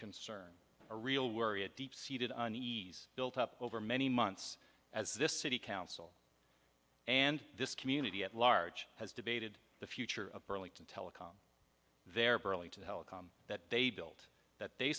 concern a real worry a deep seated on the built up over many months as this city council and this community at large has debated the future of burlington telecom their burlington helicon that they built that they